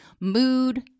mood